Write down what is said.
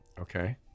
Okay